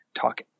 talk